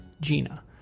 Gina